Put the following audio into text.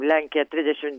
lenkija trisdešimt